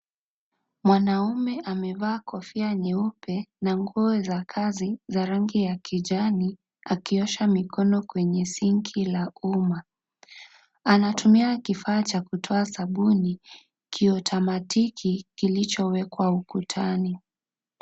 Mwanaume amevaa Kofia nyeupe na nguo ya kazi ya rangi ya kijani akiosha mikono kwenye sinki la umma. Anatumia kifaa cha kutoa sabuni kiutomatiki kilichowekwa ukutani.